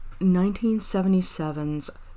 1977's